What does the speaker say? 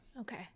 Okay